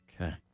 Okay